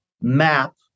map